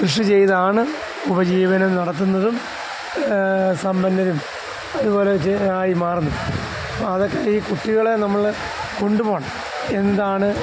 കൃഷി ചെയ്താണ് ഉപജീവനം നടത്തുന്നതും സമ്പന്നരും അതുപോലെ ആയി മാറുന്നു അതൊക്കെ ഈ കുട്ടികളെ നമ്മൾ കൊണ്ടുപോകണം എന്താണ്